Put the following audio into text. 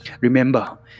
Remember